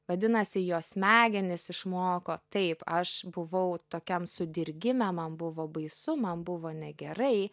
vadinasi jo smegenys išmoko taip aš buvau tokiam sudirgime man buvo baisu man buvo negerai